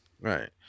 Right